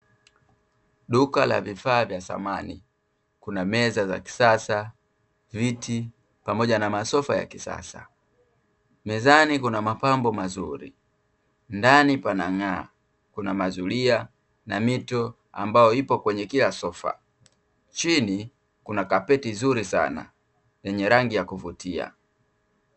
Duka la vifaa vya samani; kuna meza za kisasa, viti pamoja na masofa ya kisasa. Mezani kuna mapambo mazuri, ndani panang'aa. Kuna mazulia na mito ambayo ipo kwenye kila sofa, chini kuna kapeti zuri sana lenye rangi za kuvutia.